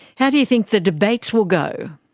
how do you think the debates will go?